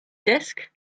desk